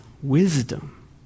Wisdom